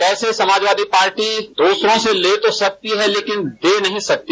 कैसे समाजवादी पार्टी दूसरों से ल तो सकती है लेकिन दे नहीं सकती